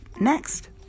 next